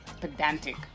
pedantic